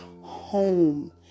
home